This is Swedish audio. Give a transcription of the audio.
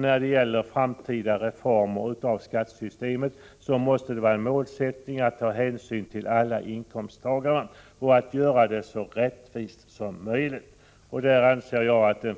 När det gäller den framtida reformeringen av skattesystemet måste målsättningen vara att ta hänsyn till alla inkomsttagare och göra det så rättvist som möjligt. Jag anser att en